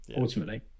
ultimately